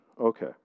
Okay